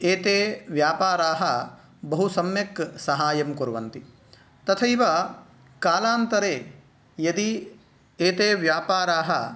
एते व्यापाराः बहु सम्यक् साहाय्यं कुर्वन्ति तथैव कालान्तरे यदि एते व्यापाराः